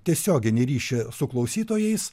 tiesioginį ryšį su klausytojais